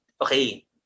okay